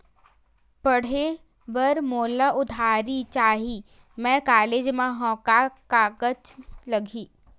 पढ़े बर मोला उधारी चाही मैं कॉलेज मा हव, का कागज लगही?